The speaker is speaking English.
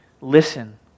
listen